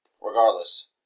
Regardless